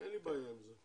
אין לי בעיה עם זה.